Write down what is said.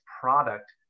product